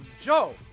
Joe